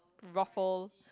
ruffle